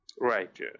Right